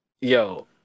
Yo